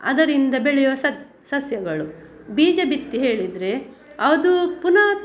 ಅದರಿಂದ ಬೆಳೆಯುವ ಸಸ್ಯಗಳು ಬೀಜ ಬಿತ್ತಿ ಹೇಳಿದರೆ ಅದು ಪುನಃ